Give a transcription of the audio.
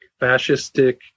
fascistic